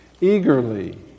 eagerly